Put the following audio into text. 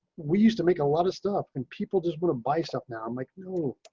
we used to make a lot of stuff and people just want a bicep. now, i'm like, no,